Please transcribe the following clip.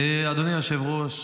אדוני היושב-ראש,